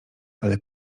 ale